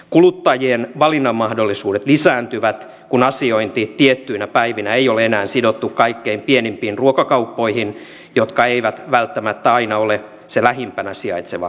kuluttajien valinnanmahdollisuudet lisääntyvät kun asiointi tiettyinä päivänä ei ole enää sidottu kaikkein pienimpiin ruokakauppoihin jotka eivät välttämättä aina ole se lähimpänä sijaitseva vaihtoehto